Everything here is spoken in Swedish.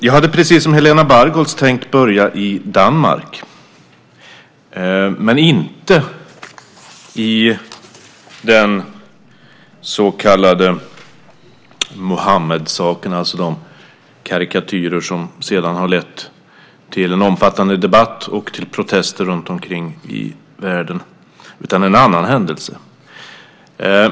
Jag hade, precis som Helena Bargholtz, tänkt börja i Danmark men inte i den så kallade Muhammedsaken, alltså de karikatyrer som sedan har lett till en omfattande debatt och till protester runtom i världen, utan i en annan händelse.